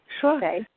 Sure